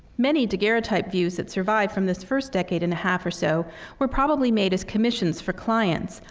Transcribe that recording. many daguerreotype views that survive from this first decade and a half or so were probably made as commissions for clients,